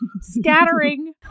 scattering